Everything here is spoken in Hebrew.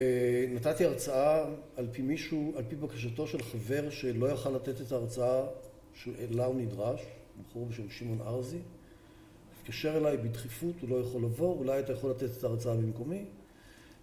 נתתי הרצאה על פי מישהו, על פי בקשתו של חבר שלא יכל לתת את ההרצאה אליה הוא נדרש, בחור בשם שמעון ארזי, התקשר אליי בדחיפות, הוא לא יכול לבוא, אולי אתה יכול לתת את ההרצאה במקומי